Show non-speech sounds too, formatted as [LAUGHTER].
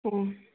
[UNINTELLIGIBLE]